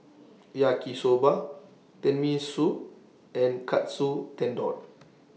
Yaki Soba Tenmusu and Katsu Tendon